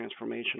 transformational